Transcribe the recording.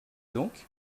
donc